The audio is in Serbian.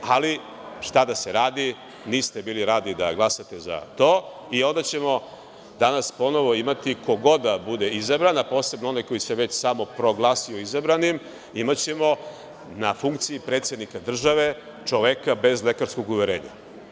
Ali, šta da se radi, niste bili radi da glasate za to i onda ćemo danas ponovo imati, ko god da bude izabran, a posebno onaj koji se već samoproglasio izabranim, imaćemo na funkciji predsednika države čoveka bez lekarskog uverenja.